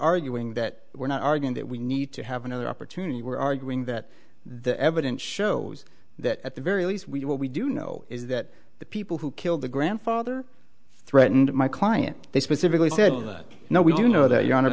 arguing that we're not arguing that we need to have another opportunity we're arguing that the evidence shows that at the very least we what we do know is that the people who killed the grandfather threatened my client they specifically said that no we do know that your hon